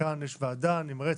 כאן יש ועדה נמרצת,